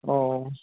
अ